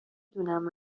دونم